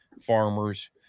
farmers